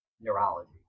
neurology